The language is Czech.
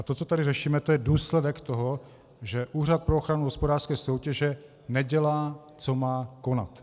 To, co tady řešíme, to je důsledek toho, že Úřad pro ochranu hospodářské soutěže nedělá, co má konat.